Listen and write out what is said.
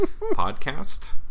podcast